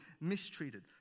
mistreated